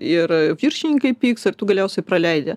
ir viršininkai pyksta ir tu galiausiai praleidi